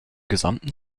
gesamten